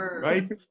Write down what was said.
right